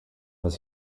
was